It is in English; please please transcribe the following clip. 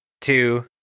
two